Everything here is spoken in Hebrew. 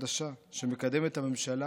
החדשה שמקדמת הממשלה